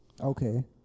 okay